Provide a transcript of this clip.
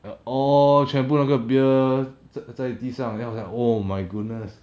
ya all 全部那个 beer 在地上 then I was like oh my goodness